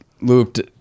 looped